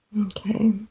Okay